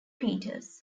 peters